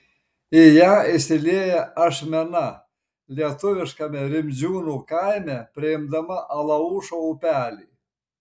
į ją įsilieja ašmena lietuviškame rimdžiūnų kaime priimdama alaušo upelį